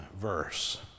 verse